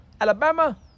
Alabama